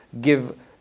give